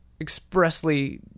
expressly